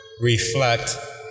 reflect